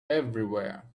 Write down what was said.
everywhere